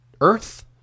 earth